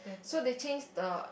so they change the